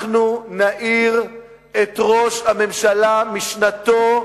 אנחנו נעיר את ראש הממשלה משנתו.